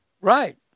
Right